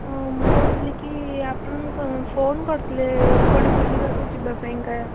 ହଁ ମୁଁ କହୁଥିଲି କି ଆପଣ କ'ଣ ଫୋନ କରିଥିଲେ କୁଆଡ଼େ ବୁଲିବାକୁ ଯିବା ପାଇଁକା